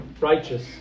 righteous